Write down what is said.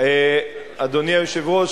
אדוני היושב-ראש,